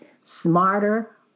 smarter